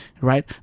right